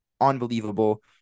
unbelievable